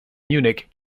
munich